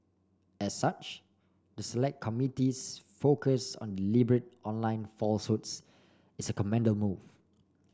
as such the select committee's focus on deliberate online falsehoods is commend move